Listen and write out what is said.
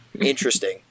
interesting